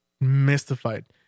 mystified